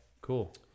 cool